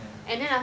ya